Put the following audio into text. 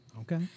Okay